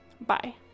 Bye